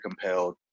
compelled